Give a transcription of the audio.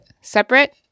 separate